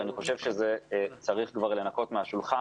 ואני חושב שכבר צריך לנקות את זה מהשולחן.